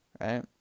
right